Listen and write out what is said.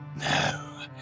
No